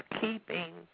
keeping